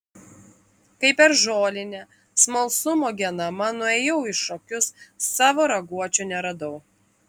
kai per žolinę smalsumo genama nuėjau į šokius savo raguočio neradau